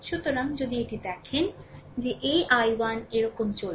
সুতরাং যদি এটি দেখেন যে এই I1 এরকম চলছে